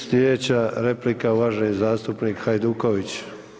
Slijedeća replika uvaženi zastupnik Hajduković.